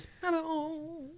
Hello